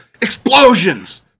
explosions